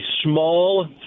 small